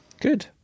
Good